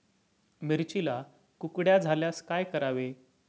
मिरचीला कुकड्या झाल्यास काय करावे?